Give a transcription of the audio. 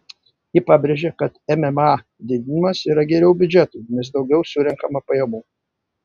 ji pabrėžė kad mma didinimas yra geriau biudžetui nes daugiau surenkama pajamų